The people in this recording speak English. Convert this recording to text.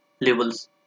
levels